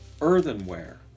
earthenware